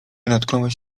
natknąłeś